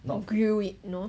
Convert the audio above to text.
not grill it you know